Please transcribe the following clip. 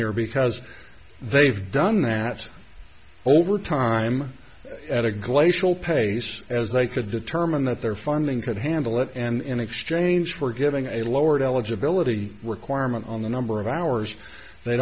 here because they've done that over time at a glacial pace as they could determine that their funding could handle it and in exchange for giving a lowered eligibility requirement on the number of hours they